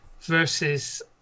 versus